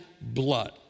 blood